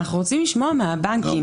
אנחנו רוצים לשמוע מהבנקים.